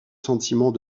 sentiment